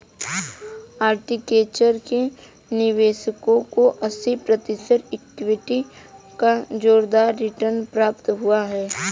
architecture के निवेशकों को अस्सी प्रतिशत इक्विटी का जोरदार रिटर्न प्राप्त हुआ है